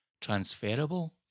transferable